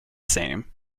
same